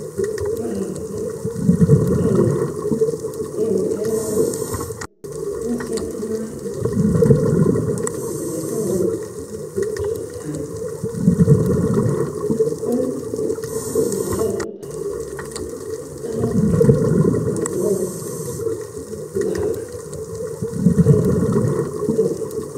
مرة كنت أتحدث مع أحد الأصدقاء على الهاتف وسقطت مني الكأس وتكسرت على الأرض، مما جعلنا نضحك ونستمر في الحديث بنكهة مختلفة.